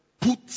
put